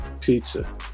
pizza